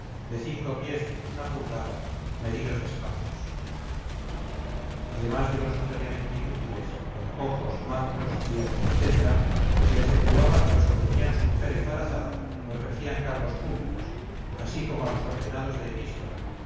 de cinco pies menos una pulgada medidos descalzos además de los notoriamente inútiles como cojos mancos ciegos etc seexceptuaba a los que tenían su mujer embarazada o ejercían cargos públicos así como a los ordenados de epístola